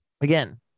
Again